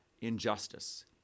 injustice